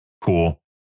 Cool